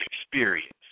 experience